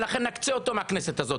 ולכן נקצה אותו מהכנסת הזאת.